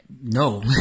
No